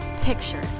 Picture